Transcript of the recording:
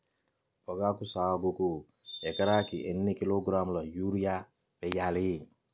పొగాకు సాగుకు ఎకరానికి ఎన్ని కిలోగ్రాముల యూరియా వేయాలి?